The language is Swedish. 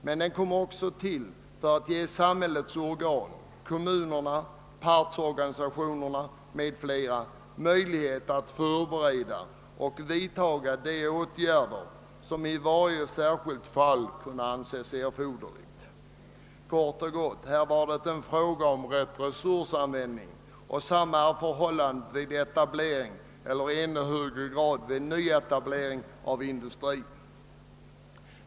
Men det kom också till för att ge samhällets organ, kommunerna, partsorganisationerna m.fl. möjlighet att förbereda och vidta de åtgärder som i varje särskilt fall kunde anses erforderliga. Kort och gott var det fråga om rätt resursanvändning. Detsamma är förhållandet vid etablering och i ännu högre grad vid ny etablering av industri.